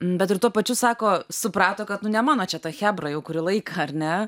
bet ir tuo pačiu sako suprato kad nu ne mano čia ta chebra jau kurį laiką ar ne